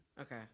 Okay